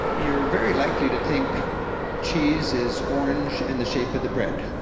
you're very likely to think cheese is orange and the shape of the bread.